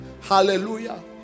Hallelujah